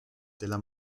della